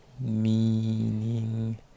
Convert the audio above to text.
Meaning